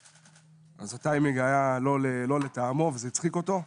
אז הטיימינג היה לא לטעמו וזה הצחיק אותו.